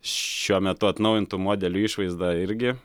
šiuo metu atnaujintų modelių išvaizda irgi